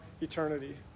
eternity